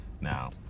now